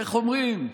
איך אומרים?